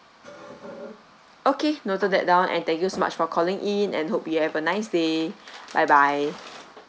okay noted that down and thank you so much for calling in and hope you have a nice day bye bye